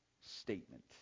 statement